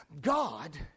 God